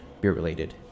beer-related